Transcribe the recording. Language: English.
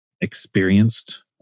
experienced